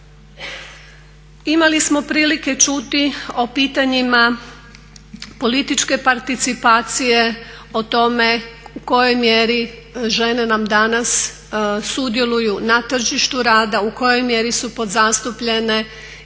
Imali smo prilike čuti o pitanjima političke participacije o tome u kojoj mjeri žene nam danas sudjeluju na tržištu rada, u kojoj mjeri su podzastupljene i da